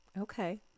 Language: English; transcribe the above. Okay